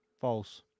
False